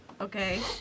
Okay